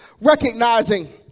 recognizing